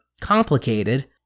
complicated